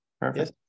Perfect